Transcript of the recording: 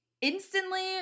instantly